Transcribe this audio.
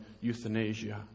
euthanasia